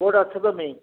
କେଉଁଠି ଅଛ ତୁମେ